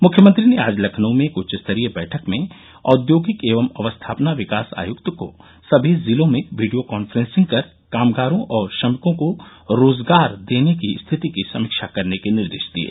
मुख्यमत्री ने आज लखनऊ में एक उच्चस्तरीय बैठक में औद्योगिक एवं अवस्थापना विकास आयुक्त को सभी जिलों में वीडियो कॉन्फ्रेंसिंग कर कामगारों और श्रमिकों को रोजगार देने की स्थिति की समीक्षा करने के निर्देश दिये